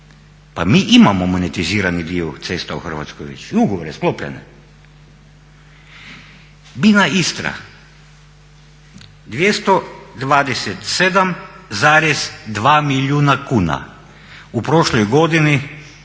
Pa mi imamo monetizirani dio cesta u Hrvatskoj i ugovore sklopljene. Bina-Istra 227,2 milijuna kuna u prošloj godini